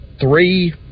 three